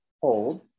hold